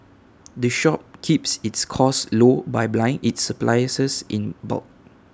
the shop keeps its costs low by bylining its supplies in bulk